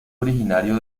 originario